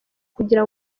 kugira